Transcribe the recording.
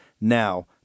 now